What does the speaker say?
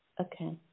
Okay